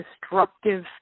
destructive